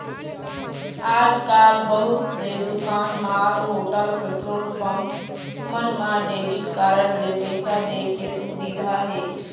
आजकाल बहुत से दुकान, मॉल, होटल, पेट्रोल पंप मन म डेबिट कारड ले पइसा दे के सुबिधा हे